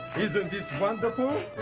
isn't this wonderful?